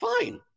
fine